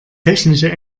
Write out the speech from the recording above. technische